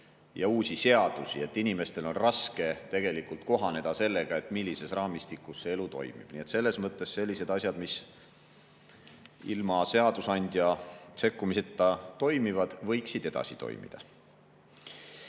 ja uusi seadusi. Inimestel on tegelikult raske kohaneda sellega, millises raamistikus elu toimib, nii et sellised asjad, mis ilma seadusandja sekkumiseta toimivad, võiksid edasi toimida.